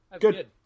good